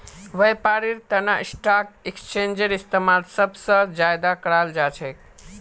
व्यापारेर तना स्टाक एक्स्चेंजेर इस्तेमाल सब स ज्यादा कराल जा छेक